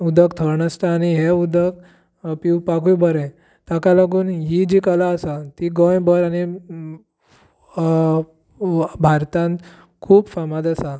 उदक थंड आसता आनी हें उदक पिवपाकुय बरें ताका लागून ही जी कला आसा ती गोंयभर आनी व भारतांत खूब फामाद आसा